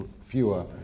fewer